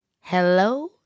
hello